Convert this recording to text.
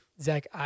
Zach